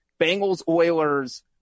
Bengals-Oilers